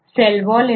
cell ವಾಲ್cell wall